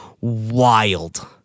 wild